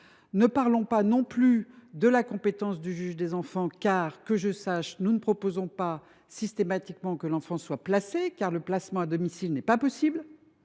Ne parlons pas non plus de la compétence du juge des enfants, car, que je sache, nous ne proposons pas systématiquement que l’enfant soit placé. Le placement à domicile n’est en effet pas possible,